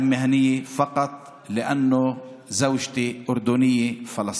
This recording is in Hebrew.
מקצועיות רק בגלל שאשתי ירדנית פלסטינית.